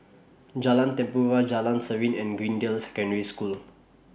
Jalan Tempua Jalan Serene and Greendale Secondary School